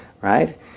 right